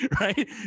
right